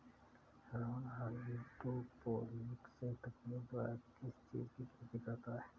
Rahul hydroponics तकनीक द्वारा किस चीज की खेती करता है?